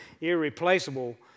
irreplaceable